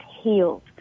healed